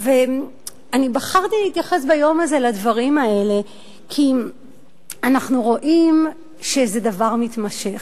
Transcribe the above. בחרתי להתייחס ביום הזה לדברים האלה כי אנחנו רואים שזה דבר מתמשך,